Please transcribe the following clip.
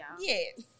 yes